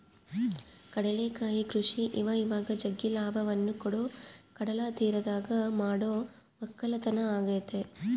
ಕಡಲಕಳೆ ಕೃಷಿ ಇವಇವಾಗ ಜಗ್ಗಿ ಲಾಭವನ್ನ ಕೊಡೊ ಕಡಲತೀರದಗ ಮಾಡೊ ವಕ್ಕಲತನ ಆಗೆತೆ